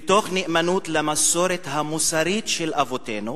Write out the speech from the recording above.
ותוך נאמנות למסורת המוסרית של אבותינו,